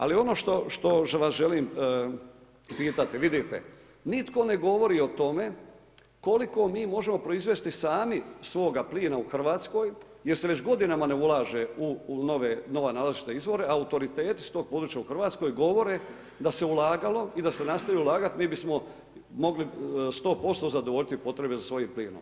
Ali ono što vas želim pitati, vidite, nitko ne govori o tome koliko mi možemo proizvesti sami svoga plina u Hrvatskoj jer se već godinama ne ulaže u nova nalazišta i izvore a autoriteti s tog područja u Hrvatskoj govore da se ulagalo i da se nastavilo ulagati mi bismo mogli 100% zadovoljiti potrebe za svojim plinom.